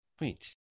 wait